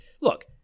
look